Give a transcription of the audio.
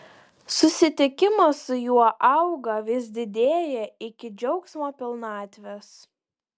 susitikimas su juo auga vis didėja iki džiaugsmo pilnatvės